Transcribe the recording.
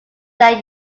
that